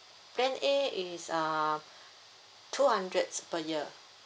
plan A is uh two hundreds per year